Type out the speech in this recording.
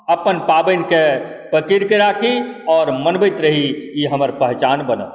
अपन पाबनिके पकड़िके राखी आओर मनबैत रही ई हमर पहचान बनत